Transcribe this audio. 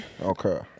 Okay